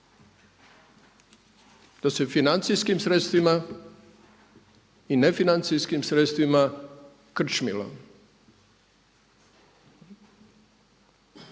da se financijskim sredstvima i nefinancijskim sredstvima krčmilo,